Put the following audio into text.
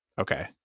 Okay